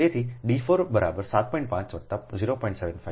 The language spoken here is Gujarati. તેથી d 4 બરાબર 7